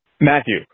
Matthew